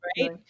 right